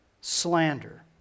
Slander